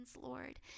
Lord